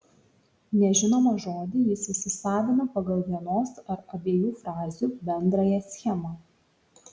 nežinomą žodį jis įsisavina pagal vienos ar abiejų frazių bendrąją schemą